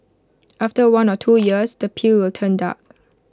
after one or two years the peel will turn dark